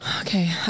Okay